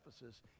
Ephesus